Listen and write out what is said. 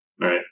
right